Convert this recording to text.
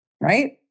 right